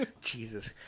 Jesus